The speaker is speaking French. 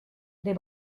des